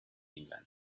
england